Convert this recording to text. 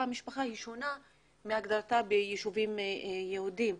משפחה היא שונה מהגדרתה ביישובים יהודיים.